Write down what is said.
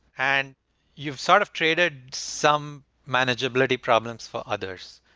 and you've sort of created some manageability problems for others.